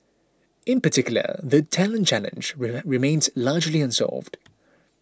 in particular the talent challenge remains largely unsolved